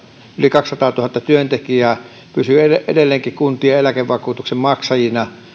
yli kaksisataatuhatta työntekijää pysyvät edelleenkin kuntien eläkevakuutuksen maksajina